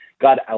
God